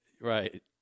Right